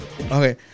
Okay